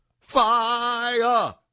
Fire